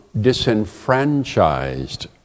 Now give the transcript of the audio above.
disenfranchised